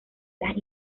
las